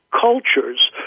cultures